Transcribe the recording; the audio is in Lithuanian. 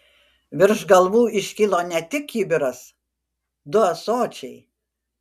virš galvų iškilo ne tik kibiras du ąsočiai